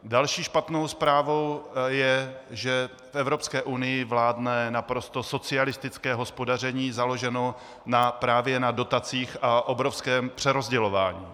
Další špatnou zprávou je, že v Evropské unii vládne naprosto socialistické hospodaření založené právě na dotacích a obrovském přerozdělování.